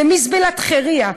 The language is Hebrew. זה מזבלת חירייה.